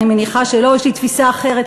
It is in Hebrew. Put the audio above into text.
אני מניחה שלא, יש לי תפיסה אחרת.